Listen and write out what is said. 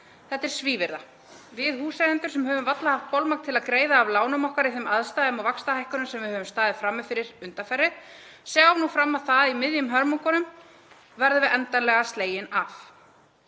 þetta er svívirða. Við húseigendur sem höfum varla haft bolmagn til að greiða af lánum okkar í þeim aðstæðum og vaxtahækkunum sem við höfum staðið frammi fyrir undanfarið, sjáum nú fram á það að í miðjum hörmungum verðum við endanlega slegin af.“